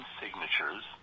signatures